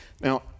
Now